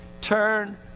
Turn